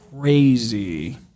crazy